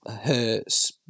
Hurts